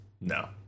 no